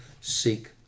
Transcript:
seek